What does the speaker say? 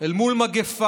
אל מול מגפה,